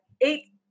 eight